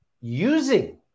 using